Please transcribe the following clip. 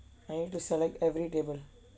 I need to select every table